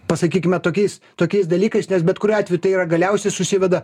pasakykime tokiais tokiais dalykais nes bet kuriuo atveju tai yra galiausiai susiveda